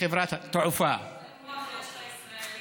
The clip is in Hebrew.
חברת התעופה, איזה מוח יש לישראלים.